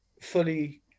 fully